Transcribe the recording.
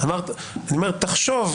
אני לא מוכן שתגישו תביעה אזרחית,